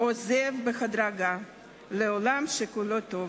עוזב בהדרגה לעולם שכולו טוב.